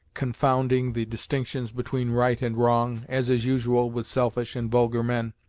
confounding the distinctions between right and wrong, as is usual with selfish and vulgar men.